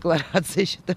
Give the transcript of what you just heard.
deklaraciją šitą